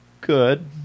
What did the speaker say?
good